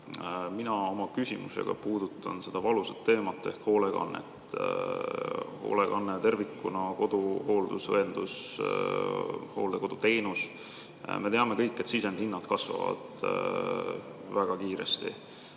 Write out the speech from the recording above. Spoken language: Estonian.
Mina oma küsimusega puudutan seda valusat teemat ehk hoolekannet – hoolekanne tervikuna, koduhooldus, õendus, hooldekoduteenus. Me kõik teame, et sisendhinnad kasvavad väga kiiresti,